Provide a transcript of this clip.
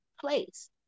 place